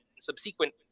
subsequent